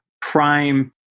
prime